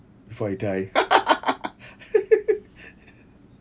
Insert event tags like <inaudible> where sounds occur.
before I die <laughs>